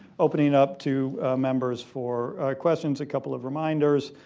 opening up to members for questions. a couple of reminders.